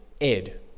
Ed